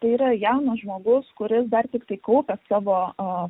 yra jaunas žmogus kuris dar tiktai kaupia savo